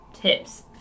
tips